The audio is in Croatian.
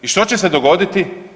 I što će se dogoditi?